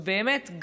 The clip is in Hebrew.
ובאמת,